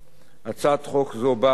הצעת חוק זו באה, בעיקרה,